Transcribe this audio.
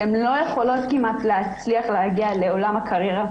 הן לא יכולות כמעט להצליח להגיע לעולם הקריירה,